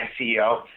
CEO